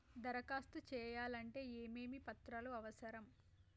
దరఖాస్తు చేయాలంటే ఏమేమి పత్రాలు అవసరం?